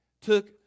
took